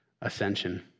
ascension